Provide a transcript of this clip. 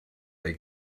they